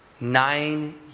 Nine